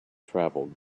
travelled